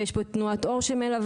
ויש פה את תנועת אור שמלווה,